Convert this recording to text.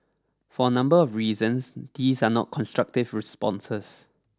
for a number of reasons these are not constructive responses